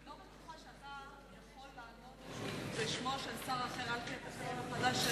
אני לא בטוחה שאתה יכול לענות בשמו של שר אחר על-פי התקנון החדש.